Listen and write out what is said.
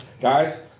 Guys